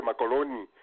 Macoloni